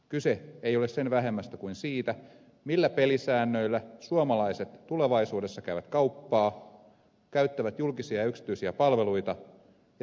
kyse ei ole sen vähemmästä kuin siitä millä pelisäännöillä suomalaiset tulevaisuudessa käyvät kauppaa käyttävät julkisia ja yksityisiä palveluita ja tekevät sopimuksia